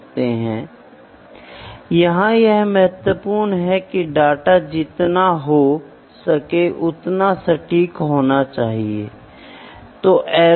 तो पहले वाला अंतर्ज्ञान अधिक था और आपने हैंडबुक से उठाया या आपने कुछ एमपीरीकल सूत्रों से उठाया